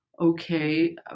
okay